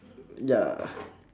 ya